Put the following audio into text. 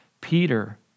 Peter